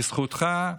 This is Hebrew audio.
בזכותך,